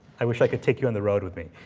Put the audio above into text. i wish i could take you on the road with me.